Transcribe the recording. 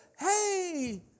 hey